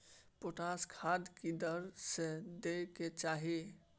Potash खाद की दर से दै के चाही?